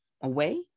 away